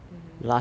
mmhmm